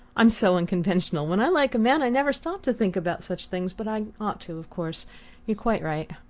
i'm so unconventional when i like a man i never stop to think about such things. but i ought to, of course you're quite right.